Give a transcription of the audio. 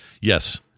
Yes